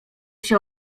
się